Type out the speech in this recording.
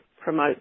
promote